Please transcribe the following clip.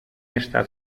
esta